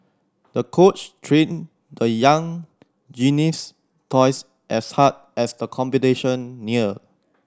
the coach trained the young gymnast twice as hard as the competition neared